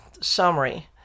summary